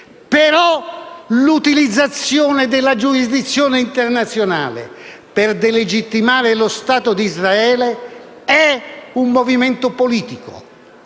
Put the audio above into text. Ma l'utilizzazione della giurisdizione internazionale per delegittimare lo Stato di Israele è un movimento politico: